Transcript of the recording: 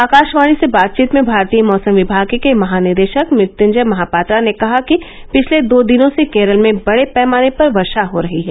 आकाशवाणी से बातचीत में भारतीय मौसम विभाग के महानिदेशक मत्यंजय महापात्रा ने कहा कि पिछले दो दिनों से केरल में बडे पैमाने पर वर्षा हो रही है